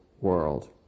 world